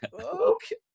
okay